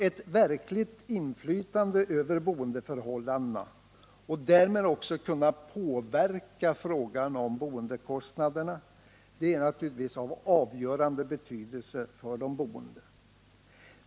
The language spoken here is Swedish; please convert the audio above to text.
Ett verkligt inflytande över boendeförhållandena, och därmed också möjlighet att påverka frågan om boendekostnaderna, är naturligtvis av avgörande betydelse för de boende.